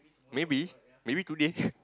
maybe maybe today